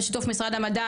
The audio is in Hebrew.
בשיתוף משרד המדע,